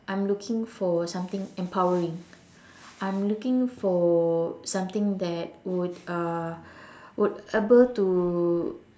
I'm looking for something empowering I'm looking for something that would uh would be able to